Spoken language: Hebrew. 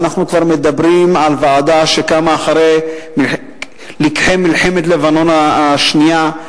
ואנחנו כבר מדברים על ועדה שקמה אחרי לקחי מלחמת לבנון השנייה,